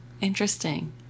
Interesting